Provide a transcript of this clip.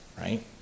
right